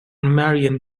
marion